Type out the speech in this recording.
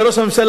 לראש הממשלה,